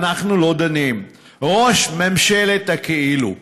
אנחנו לא דנים: ראש ממשלת הכאילו.